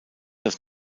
das